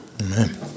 Amen